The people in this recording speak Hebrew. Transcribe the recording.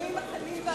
בשינויים הקלים שהוכנסו